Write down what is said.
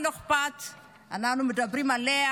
אנחנו מדברים עליה,